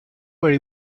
very